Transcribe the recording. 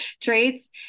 traits